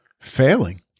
failing